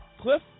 Cliff